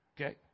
Okay